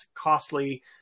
costly